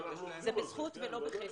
זה בזכות ולא בחסד.